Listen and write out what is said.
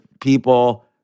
people